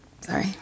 Sorry